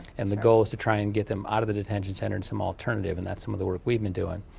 and the goal is to try and get them out of the detention center into and some alternative, and that's some of the work we've been doing.